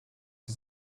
his